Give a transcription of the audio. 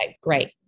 great